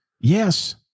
Yes